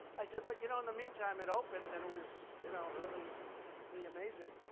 i said, but, you know, in the meantime, it opened and it was, you know, really pretty amazing.